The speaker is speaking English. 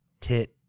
tit